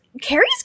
carrie's